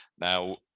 now